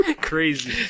Crazy